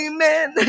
Amen